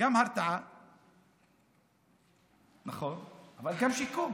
גם הרתעה, נכון, אבל גם שיקום,